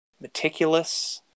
meticulous